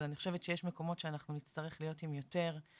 אבל אני חושבת שיש מקומות שאנחנו נצטרך להיות עם יותר חסמים,